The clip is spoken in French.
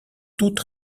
toute